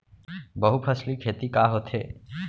बहुफसली खेती का होथे?